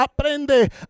aprende